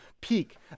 peak